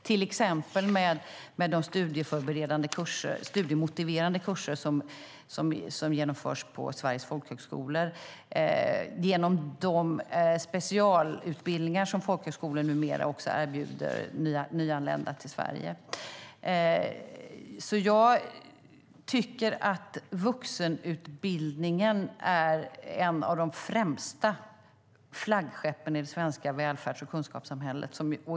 Det handlar till exempel om de studiemotiverande kurser som genomförs på Sveriges folkhögskolor och de specialutbildningar som folkhögskolor numera erbjuder nyanlända i Sverige. Jag tycker att vuxenutbildningen är ett av de främsta flaggskeppen i det svenska välfärds och kunskapssamhället.